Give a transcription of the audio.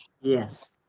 Yes